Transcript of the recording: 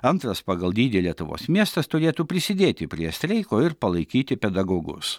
antras pagal dydį lietuvos miestas turėtų prisidėti prie streiko ir palaikyti pedagogus